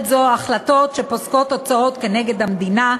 זו החלטות שפוסקות הוצאות כנגד המדינה,